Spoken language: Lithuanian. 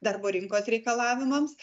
darbo rinkos reikalavimams